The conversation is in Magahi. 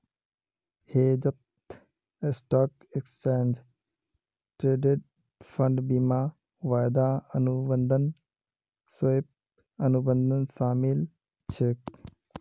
हेजत स्टॉक, एक्सचेंज ट्रेडेड फंड, बीमा, वायदा अनुबंध, स्वैप, अनुबंध शामिल छेक